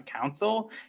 Council